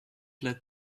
let